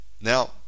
Now